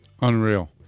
Unreal